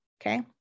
Okay